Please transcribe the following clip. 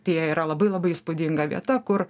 tie yra labai labai įspūdinga vieta kur